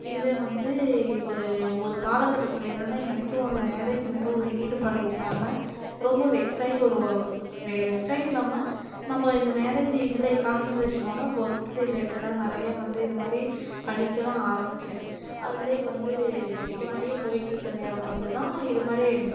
இதுவே வந்துவிட்டு ஒரு ஒரு காலக்கட்டத்தில் என்னன்னா எனக்கே ஒரு மேரேஜ் மேலே ஒரு ஈடுபாடு இல்லாமல் ரொம்ப வெக்ஸாகி ஒரு வெக்ஸாகி இல்லாமல் நம்ம இந்த மேரேஜ் இதுலேயே கான்சன்ட்ரேஷன் இல்லாமல் ஒர்க் ரிலேட்டடாக நிறையா வந்து இது மாதிரி படிக்கலாம் ஆரம்பித்தேன் அதுலேயே வந்து இது மாதிரியே போய்ட்டு இருக்கிற நேரம் பார்த்து தான் இது மாதிரி